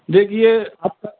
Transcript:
देखिए